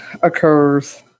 occurs